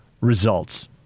results